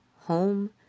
home